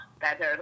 better